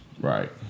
Right